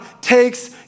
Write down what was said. takes